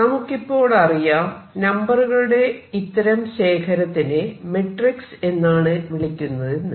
നമുക്കിപ്പോൾ അറിയാം നമ്പറുകളുടെ ഇത്തരം ശേഖരത്തിനെ മെട്രിക്സ് എന്നാണ് വിളിക്കുന്നതെന്ന്